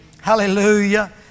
Hallelujah